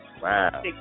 Wow